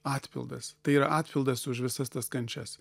atpildas tai yra atpildas už visas tas kančias